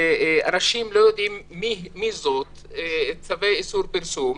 ואנשים לא יודעים מי זאת, בגלל צווי איסור פרסום.